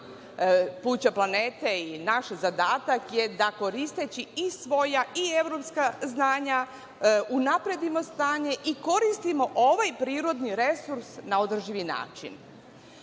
pluća planete i naš zadatak je da koristeći i svoja i evropska znanja unapredimo stanje i koristimo ovaj prirodni resurs na održivi način.U